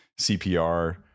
cpr